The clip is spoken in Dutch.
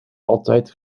altijd